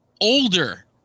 older